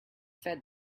fed